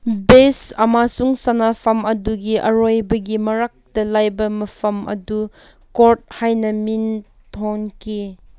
ꯕꯦꯁ ꯑꯃꯁꯨꯡ ꯁꯥꯟꯅꯐꯝ ꯑꯗꯨꯒꯤ ꯑꯔꯣꯏꯕꯒꯤ ꯃꯔꯛꯇ ꯂꯩꯕ ꯃꯐꯝ ꯑꯗꯨ ꯀꯣꯔꯠ ꯍꯥꯏꯅ ꯃꯤꯡꯊꯣꯟꯈꯤ